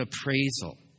appraisal